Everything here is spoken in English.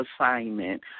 assignment